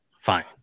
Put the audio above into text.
fine